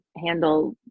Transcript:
handle